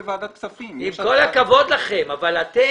עם כל הכבוד, היה על זה דיון ארוך.